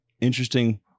interesting